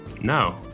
No